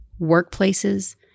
workplaces